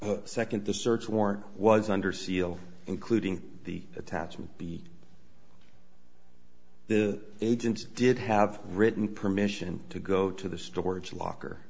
e second the search warrant was under seal including the attachment be the agent did have written permission to go to the storage locker